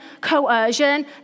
coercion